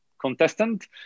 contestant